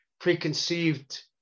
preconceived